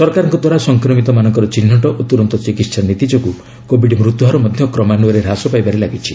ସରକାରଙ୍କ ଦ୍ୱାରା ସଂକ୍ରମିତମାନଙ୍କର ଚିହ୍ନଟ ଓ ତୁରନ୍ତ ଚିକିତ୍ସା ନୀତି ଯୋଗୁଁ କୋବିଡ୍ ମୃତ୍ୟୁହାର ମଧ୍ୟ କ୍ରମାନ୍ୱୟରେ ହ୍ରାସ ପାଇବାରେ ଲାଗିଛି